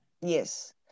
Yes